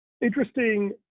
interesting